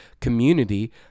community